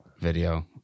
video